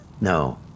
no